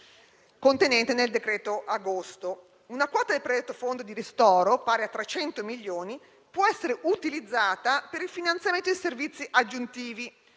contenuta nel decreto agosto. Una quota del predetto fondo di ristoro, pari a 300 milioni, può essere utilizzata per il finanziamento di servizi aggiuntivi